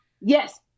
yes